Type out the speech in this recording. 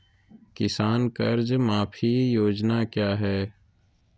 किसान कर्ज माफी योजना क्या है?